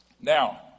Now